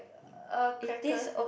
a crackers